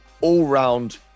all-round